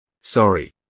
Sorry